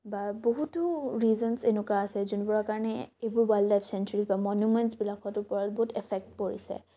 বা বহুতো ৰিজনচ এনেকুৱা আছে যোনবোৰৰ কাৰণে এইবোৰ ৱাইল্ড লাইফ চেঞ্চুৰী বা মনোমেনচবিলাকত ওপৰত বহুত এফেক্ট পৰিছে